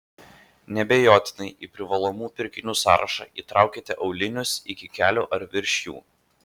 neabejotinai į privalomų pirkinių sąrašą įtraukite aulinius iki kelių ar virš jų